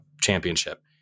championship